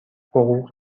حقوق